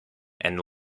and